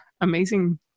amazing